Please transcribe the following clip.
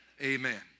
Amen